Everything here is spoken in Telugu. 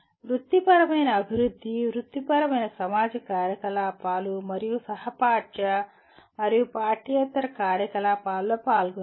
వృత్తిపరమైన అభివృద్ధి వృత్తిపరమైన సమాజ కార్యకలాపాలు మరియు సహ పాఠ్య మరియు పాఠ్యేతర కార్యకలాపాల్లో పాల్గొనండి